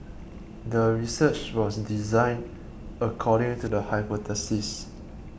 the research was designed according to the hypothesis